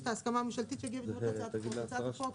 הצעת החוק